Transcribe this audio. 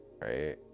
right